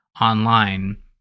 Online